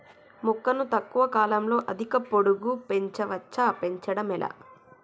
మొక్కను తక్కువ కాలంలో అధిక పొడుగు పెంచవచ్చా పెంచడం ఎలా?